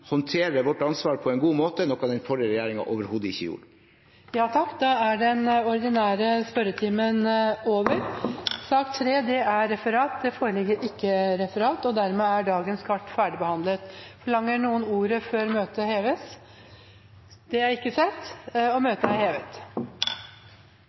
håndterer vårt ansvar på en god måte, noe den forrige regjeringen overhodet ikke gjorde. Da er den ordinære spørretimen over. Det foreligger ikke referat. Dermed er dagens kart ferdigbehandlet. Forlanger noen ordet før møtet heves?